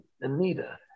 Anita